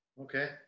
okay